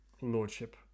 lordship